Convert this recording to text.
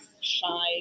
shy